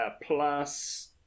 Plus